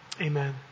Amen